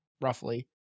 roughly